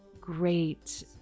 great